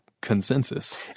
consensus